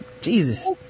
Jesus